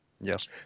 yes